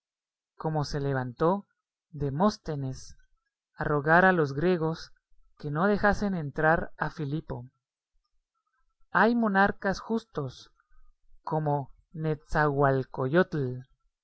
como se levantó demóstenes a rogar a los griegos que no dejasen entrar a filipo hay monarcas justos como netzahualcoyotl